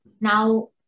Now